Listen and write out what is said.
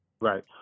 right